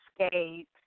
Escape